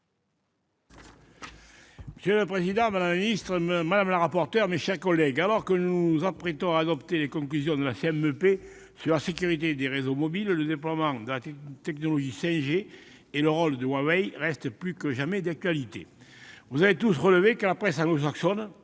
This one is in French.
Monsieur le président, madame la secrétaire d'État, mes chers collègues, alors que nous nous apprêtons à adopter les conclusions de la commission mixte paritaire sur la sécurité des réseaux mobiles, le déploiement de la technologie 5G et le rôle de Huawei restent plus que jamais d'actualité. Vous avez tous relevé que la presse anglo-saxonne